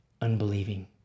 unbelieving